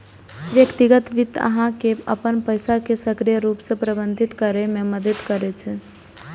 व्यक्तिगत वित्त अहां के अपन पैसा कें सक्रिय रूप सं प्रबंधित करै मे मदति करै छै